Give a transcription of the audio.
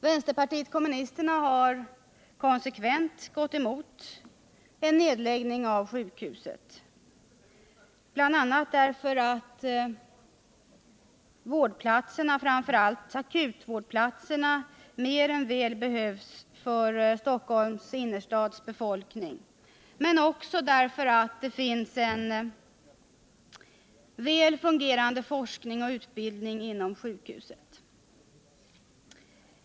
Vänsterpartiet kommunisterna har konsekvent gått emot en nedläggning av sjukhuset, bl.a. därför att vårdplatserna — framför allt akutvårdsplatserna — mer än väl behövs för Stockholms innerstadsbefolkning men också därför att det finns en väl fungerande forskning och utbildning inom sjukhuset.